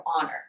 honor